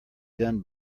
done